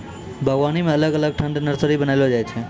बागवानी मे अलग अलग ठंग से नर्सरी बनाइलो जाय छै